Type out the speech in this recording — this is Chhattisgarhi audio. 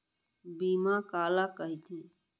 बीमा काला कइथे?